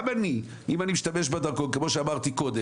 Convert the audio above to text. גם אני אם אני משתמש בדרכון כמו שאמרתי קודם